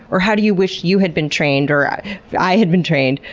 or how do you wish you had been trained, or ah i had been trained,